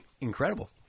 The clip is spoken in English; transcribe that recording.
incredible